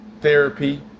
therapy